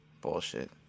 Bullshit